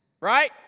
right